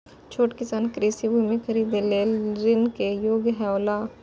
छोट किसान कृषि भूमि खरीदे लेल ऋण के योग्य हौला?